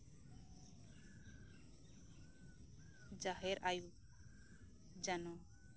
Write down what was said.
ᱡᱟᱦᱮᱨ ᱟᱭᱳ ᱡᱮᱱᱚ